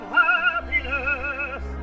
happiness